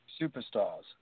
superstars